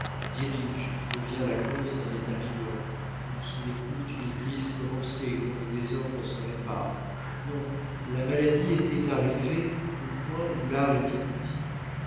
dirige et qui devient la cause d'un état meilleur ou sous le coup d'une crise commencée et dont le désordre se répare non la maladie était arrivée au point où l'art est inutile